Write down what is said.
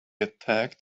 attacked